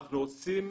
אנחנו עושים